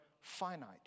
finite